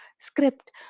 script